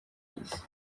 y’isi